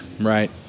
right